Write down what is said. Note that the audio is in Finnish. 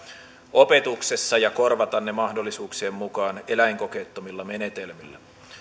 opetuksessa ja korvata mahdollisuuksien mukaan eläinkokeettomilla menetelmillä